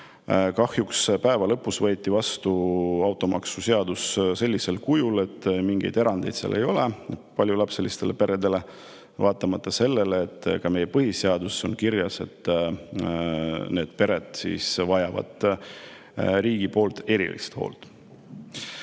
Kahjuks päeva lõpuks võeti vastu automaksu seadus sellisel kujul, et mingeid erandeid seal paljulapselistele peredele ei ole, vaatamata sellele, et ka meie põhiseaduses on kirjas, et need pered vajavad riigi erilist hoolt.